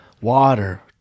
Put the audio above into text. Water